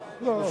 לא,